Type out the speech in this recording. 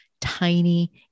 tiny